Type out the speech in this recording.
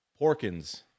Porkins